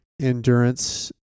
endurance